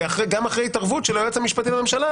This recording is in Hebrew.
וגם אחרי התערבות של היועץ המשפטי לממשלה